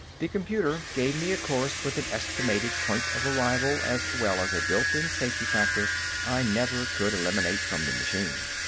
the computer gave me a course with an estimated point-of-arrival as well as a built-in safety factor i never could eliminate from the machine.